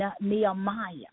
Nehemiah